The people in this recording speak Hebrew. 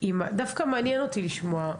מה העמדה שלכם לגבי הנושא הזה?